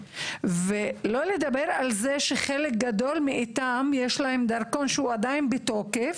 ולא לדבר על זה שלחלק גדול מהם יש דרכון שהוא עדיין בתוקף,